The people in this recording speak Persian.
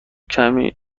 کمی